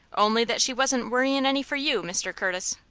only that she wasn't worryin' any for you, mr. curtis.